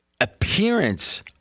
appearance